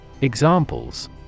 Examples